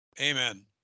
Amen